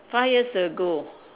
five years ago